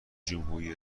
جمهوری